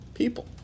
people